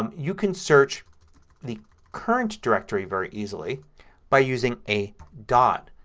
um you can search the current directory very easily by using a dot.